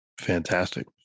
fantastic